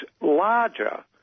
larger